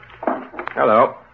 Hello